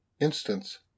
Instance